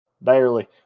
Barely